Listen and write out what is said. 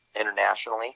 internationally